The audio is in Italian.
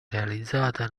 realizzata